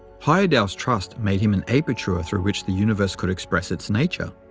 heyerdahl's trust made him an aperture through which the universe could express its nature.